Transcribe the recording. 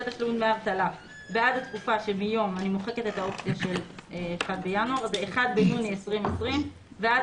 תשלום דמי אבטלה בעד התקופה שמיום (1 ביוני 2020) ועד